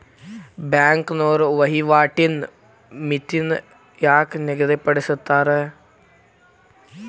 ಬ್ಯಾಂಕ್ನೋರ ವಹಿವಾಟಿನ್ ಮಿತಿನ ಯಾಕ್ ನಿಗದಿಪಡಿಸ್ತಾರ